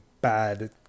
bad